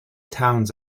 towns